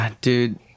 dude